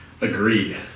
agreed